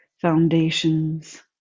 foundations